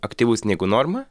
aktyvus negu norma